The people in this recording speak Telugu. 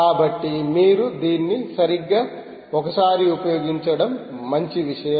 కాబట్టి మీరు దీన్ని సరిగ్గా ఒకసారి ఉపయోగించడం మంచి విషయం